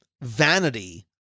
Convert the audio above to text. vanity